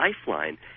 lifeline